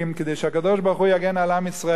כדי שהקדוש-ברוך-הוא יגן על עם ישראל